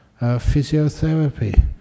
physiotherapy